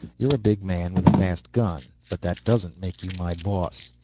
you're a big man with a fast gun but that doesn't make you my boss.